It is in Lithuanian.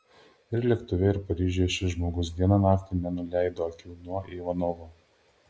ir lėktuve ir paryžiuje šis žmogus dieną naktį nenuleido akių nuo ivanovo